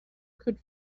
could